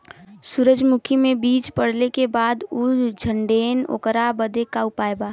सुरजमुखी मे बीज पड़ले के बाद ऊ झंडेन ओकरा बदे का उपाय बा?